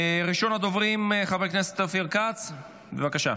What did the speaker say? ראשון הדוברים, חבר הכנסת אופיר כץ, בבקשה.